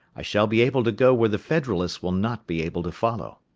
i shall be able to go where the federalists will not be able to follow.